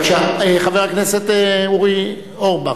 חבר הכנסת אורי אורבך,